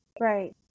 Right